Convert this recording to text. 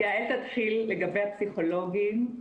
יעל תתחיל לגבי הפסיכולוגים.